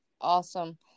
awesome